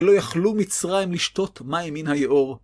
לא יכלו מצרים לשתות מים מן היאור.